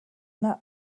that